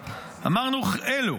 אמרנו אלו.